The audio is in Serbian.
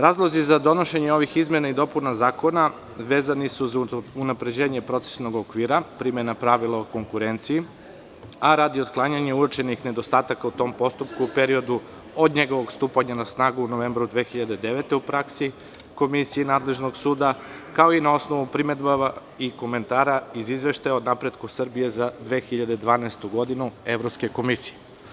Razlozi za donošenje ovih izmena i dopuna Zakona vezani su za unapređenje procesuiranog okvira, primena pravila o konkurenciji, a radi otklanjanja uočenih nedostataka u tom postupku u periodu od njegovog stupanja na snagu novembra 2009. godine u praksi, komisije nadležnog suda, kao i na osnovu primedbi i komentara iz izveštaja o napretku Srbije za 2012. godinu, Evropske komisije.